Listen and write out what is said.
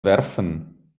werfen